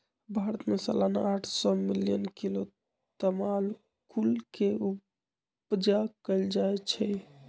भारत में सलाना आठ सौ मिलियन किलो तमाकुल के उपजा कएल जाइ छै